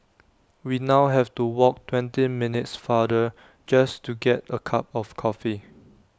we now have to walk twenty minutes farther just to get A cup of coffee